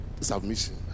submission